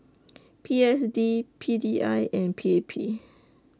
P S D P D I and P A P